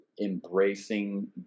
embracing